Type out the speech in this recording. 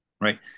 right